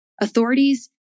authorities